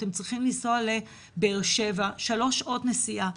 אתם צריכים לנסוע לבאר שבע." שלוש שעות נסיעה.